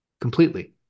Completely